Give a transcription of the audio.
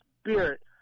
spirit